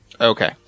Okay